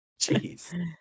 Jeez